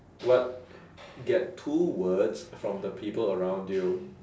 what get two words from the people around you